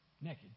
naked